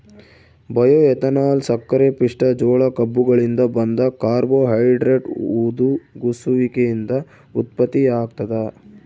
bioethanol ಸಕ್ಕರೆಪಿಷ್ಟ ಜೋಳ ಕಬ್ಬುಗಳಿಂದ ಬಂದ ಕಾರ್ಬೋಹೈಡ್ರೇಟ್ ಹುದುಗುಸುವಿಕೆಯಿಂದ ಉತ್ಪತ್ತಿಯಾಗ್ತದ